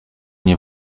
nie